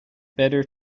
better